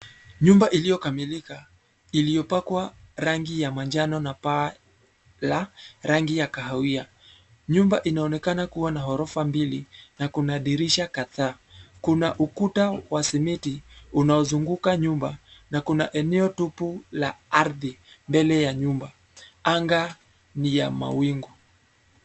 Nyumba iliyokamilika iliyopakwa rangi ya manjano na paa la rangi ya kahawia. Nyumba inaonekana kuwa na ghorofa mbili na kuna dirisha kadhaa. Kuna ukuta wa simiti unaozunguka nyumba na kuna eneo tupu la ardhi mbele ya nyumba. Anga ni ya mawingu.